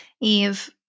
Eve